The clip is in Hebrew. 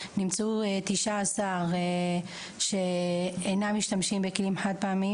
נמצאו 19 שאינם משתמשים בכלים חד פעמיים